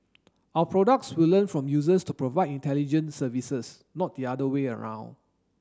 our products will learn from users to provide intelligent services not the other way around